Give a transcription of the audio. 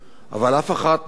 אבל אף אחת מהן,